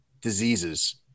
diseases